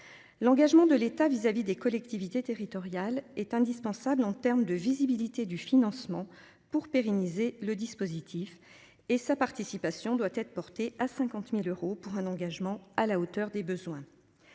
L'engagement de l'État vis-à-vis des collectivités territoriales est indispensable en termes de visibilité du financement pour pérenniser le dispositif et sa participation doit être portée à 50.000 euros pour un engagement à la hauteur des besoins.